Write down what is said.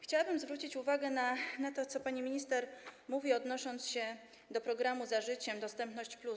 Chciałabym zwrócić uwagę na to, co pani minister mówi, odnosząc się do programów „Za życiem” i Dostępność+.